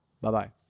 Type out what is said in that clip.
Bye-bye